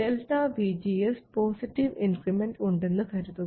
ΔVGS positive increment ഉണ്ടെന്നു കരുതുക